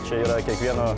čia yra kiekvieno